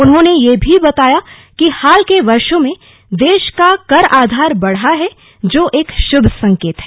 उन्होंने यह भी बताया कि हाल के वर्षो में देश का कर आधार बढ़ा है जो एक शुभ संकेत है